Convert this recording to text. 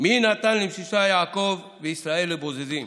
"מי נתן למשיסה יעקב וישראל לבזזים".